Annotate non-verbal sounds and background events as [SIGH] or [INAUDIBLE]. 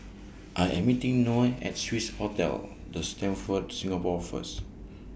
[NOISE] I Am meeting Noe At Swissotel The Stamford Singapore First